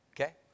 okay